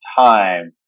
time